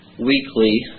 Weekly